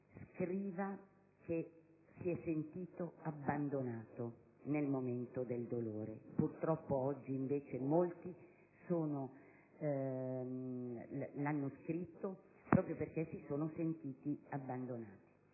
scriva che si è sentito abbandonato nel momento del dolore. Purtroppo invece molti l'hanno scritto, perché si sono sentiti abbandonati.